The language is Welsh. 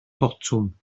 botwm